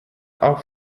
auf